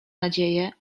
nadzieję